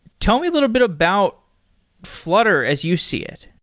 tell me a little bit about flutter as you see it.